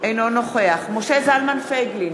אינו נוכח משה זלמן פייגלין,